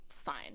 fine